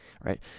right